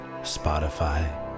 Spotify